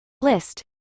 List